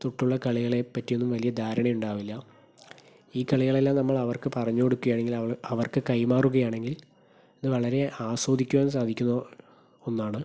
തൊട്ടുള്ള കളികളെ പറ്റിയൊന്നും വലിയ ധാരണ ഉണ്ടാവില്ല ഈ കളികളെല്ലാം നമ്മൾ അവർക്ക് പറഞ്ഞ് കൊടുക്കുകയാണെങ്കിൽ അവർക്ക് കൈമാറുകയാണെങ്കിൽ അത് വളരെ ആസ്വദിക്കുവാൻ സാധിക്കുന്ന ഒന്നാണ്